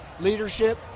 Leadership